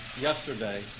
yesterday